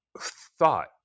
thought